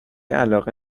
علاقه